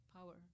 power